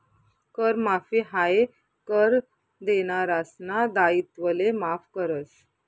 कर माफी हायी कर देनारासना दायित्वले माफ करस